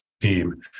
team